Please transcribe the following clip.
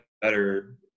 better